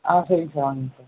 ஆ சரிங்க சார் வாங்க சார்